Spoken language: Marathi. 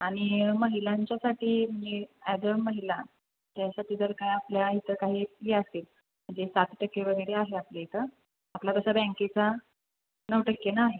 आणि महिलांच्यासाठी मी अॅज अ महिला त्याचं फिगर काय आपल्या इथं काही फ्री असेल म्हणजे सात टक्के वगैरे आहे आपल्या इथं आपला तसा बँकेचा नऊ टक्केनं आहे